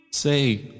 Say